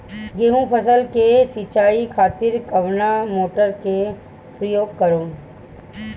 गेहूं फसल के सिंचाई खातिर कवना मोटर के प्रयोग करी?